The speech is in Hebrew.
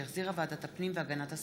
שהחזירה ועדת הפנים והגנת הסביבה,